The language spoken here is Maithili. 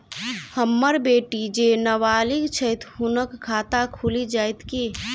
हम्मर बेटी जेँ नबालिग छथि हुनक खाता खुलि जाइत की?